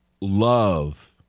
love